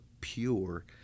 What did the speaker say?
pure